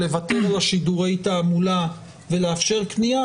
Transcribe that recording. של ויתור על שידורי התעמולה ולאפשר קנייה,